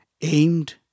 aimed